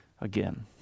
again